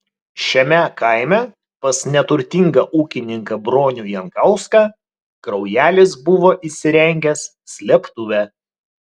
šiame kaime pas neturtingą ūkininką bronių jankauską kraujelis buvo įsirengęs slėptuvę